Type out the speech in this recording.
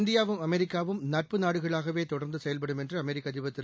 இந்தியாவும் அமெரிக்காவும் நட்பு நாடுகளாகவே தொடர்ந்து செயல்படும் என்று அமெரிக்க அதிபர் திரு